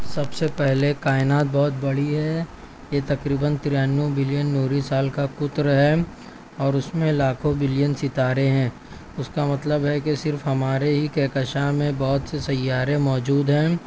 سب سے پہلے کائنات بہت بڑی ہے یہ تقریباً ترانوے بلین نوری سال کا قطر ہے اور اس میں لاکھوں بلین ستارے ہیں اس کا مطلب ہے کہ صرف ہمارے ہی کہکشاں میں بہت سے سیارے موجود ہیں